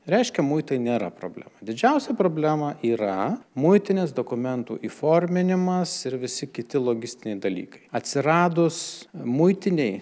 reiškia muitai nėra problema didžiausia problema yra muitinės dokumentų įforminimas ir visi kiti logistiniai dalykai atsiradus muitinei